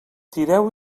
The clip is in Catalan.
tireu